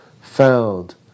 found